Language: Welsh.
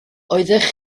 oeddech